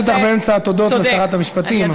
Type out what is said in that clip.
לא הפסקתי אותך באמצע התודות לשרת המשפטים,